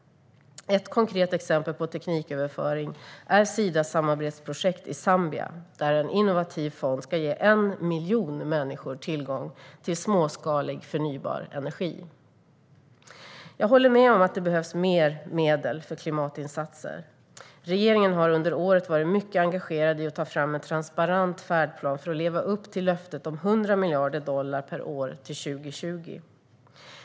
Ett konkret exempel på tekniköverföring är Sidas samarbetsprojekt i Zambia där en innovativ fond ska ge 1 miljon människor tillgång till småskalig förnybar energi. Jag håller med om att det behövs mer medel för klimatinsatser. Regeringen har under året varit mycket engagerad i att ta fram en transparent färdplan för att leva upp till löftet om 100 miljarder dollar per år till 2020.